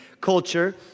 culture